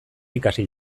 ikasi